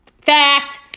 Fact